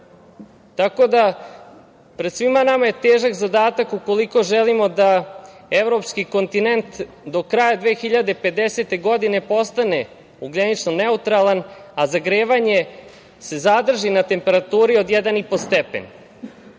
na delu. Pred svima nama je težak zadatak ukoliko želimo da evropski kontinent do kraja 2050. godine postane ugljenično neutralan, a zagrevanje se zadrži na temperaturi od 1,5 stepen.